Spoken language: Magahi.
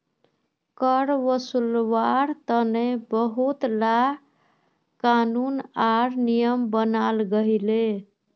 कर वासूल्वार तने बहुत ला क़ानून आर नियम बनाल गहिये